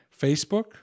Facebook